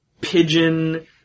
pigeon